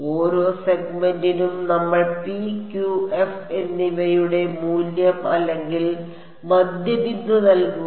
ഓരോ സെഗ്മെന്റിനും നമ്മൾ p q f എന്നിവയുടെ മൂല്യം അല്ലെങ്കിൽ മധ്യബിന്ദു നൽകുക